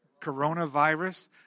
Coronavirus